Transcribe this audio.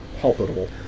palpable